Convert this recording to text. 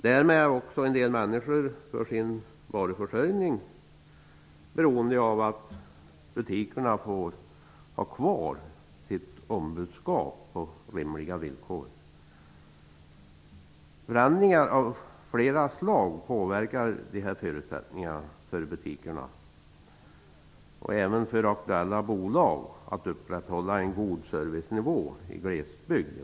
Därmed är också många människor för sin försörjning av dagligvaror beroende av att butikerna får ha kvar sitt ombudskap på rimliga villkor. Förändringar av flera slag påverkar förutsättningarna för butiker och även för aktuella bolag att upprätthålla en god servicenivå i glesbygd.